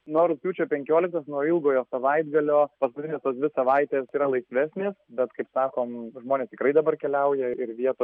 nuo rugpjūčio penkioliktos nuo ilgojo savaitgalio paskutinės tos dvi savaitės yra laisvesnės bet kaip sakom žmonės tikrai dabar keliauja ir vieto